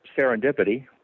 serendipity